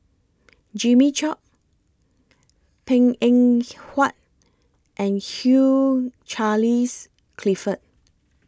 Jimmy Chok Png Eng Huat and Hugh Charles Clifford